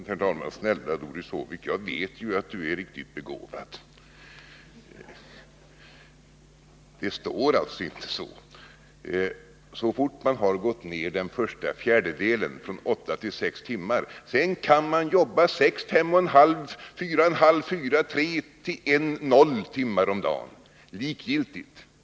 Herr talman! Jag vet att Doris Håvik är riktigt begåvad. Men i lagförslaget står inte det som Doris Håvik påstår. Så fort man i arbetstid har gått ned den första fjärdedelen, från 8 till 6 timmar, kan man jobba 6, 5,5, 4,5, 4, 3, 1 eller 0 timmar om dagen — det är likgiltigt.